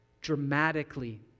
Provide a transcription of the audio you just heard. dramatically